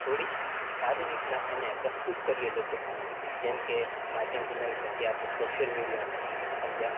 થોડી સારી રીતના એને પ્રસ્તુત કરીએ લોકો સામે જેમ કે માધ્યમ બનાવી શકીએ આપણે સોશિયલ મીડિયાને સમજયા